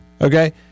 Okay